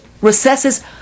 recesses